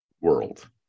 world